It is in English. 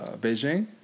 Beijing